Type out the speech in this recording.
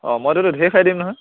অঁ মইতো ধেৰ খাই দিম নহয়